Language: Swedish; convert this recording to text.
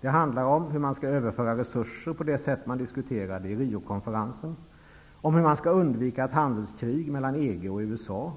Det handlar om hur man skall överföra resurser på det sätt som diskuterades på Riokonferensen, om hur ett handelskrig mellan EG och USA skall undvikas, om